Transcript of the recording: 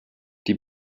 die